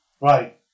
Right